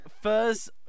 first